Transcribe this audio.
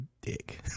dick